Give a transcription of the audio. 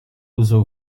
uso